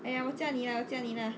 !aiya! 我驾你啦我驾你啦